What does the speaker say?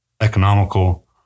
economical